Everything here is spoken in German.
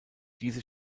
diese